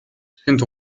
sind